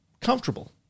comfortable